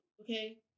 okay